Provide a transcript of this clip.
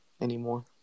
anymore